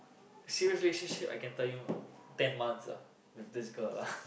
serious relationship I can tell you ten months ah with this girl lah